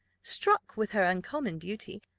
struck with her uncommon beauty,